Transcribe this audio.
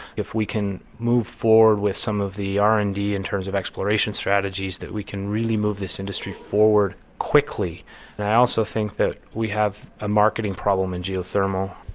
if we can move forward with some of the r and d in terms of exploration strategies that we can really move this industry forward quickly, and i also think that we have a marketing problem in geothermal.